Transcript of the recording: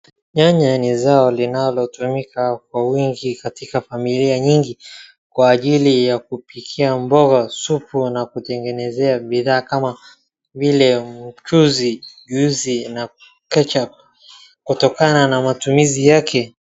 Nyanya ni zao linalotumika kwa wingi katika familia nyingi kwa ajili ya kupikia mboga, supu, na kutengenezea bidhaa kama vile mchuzi, juice na ketchup kutokana na matumizi yake.